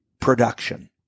production